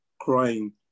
crying